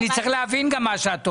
אני צריך להבין גם מה שאת אומרת.